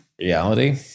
reality